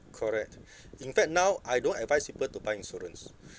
correct in fact now I don't advise people to buy insurance